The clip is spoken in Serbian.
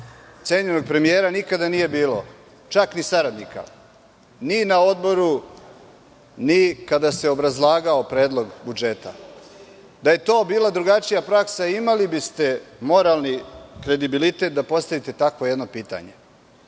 cenjenog premijera nije bilo nikada, čak ni saradnika, ni na odboru, ni kada se obrazlagao Predlog budžeta. Da je to bila drugačija praksa, imali biste moralni kredibilitet da postavite jedno takvo pitanje.